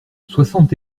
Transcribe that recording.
soixante